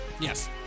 Yes